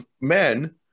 men